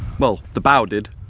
well the bow did